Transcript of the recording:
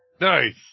Nice